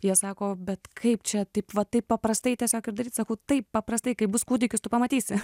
jie sako bet kaip čia taip va taip paprastai tiesiog ir daryt sakau taip paprastai kai bus kūdikis tu pamatysi